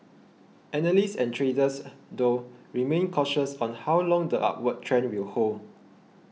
analysts and traders though remain cautious on how long the upward trend will hold